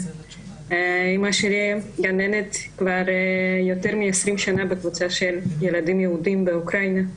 אימא שלי גננת כבר יותר מ-20 שנה בקבוצה של ילדים יהודים באוקראינה.